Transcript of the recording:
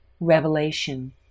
Revelation